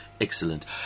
Excellent